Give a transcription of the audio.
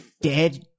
Dead